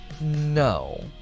No